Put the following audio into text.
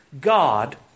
God